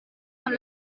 amb